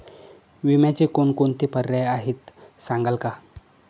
विम्याचे कोणकोणते पर्याय आहेत सांगाल का?